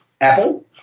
Apple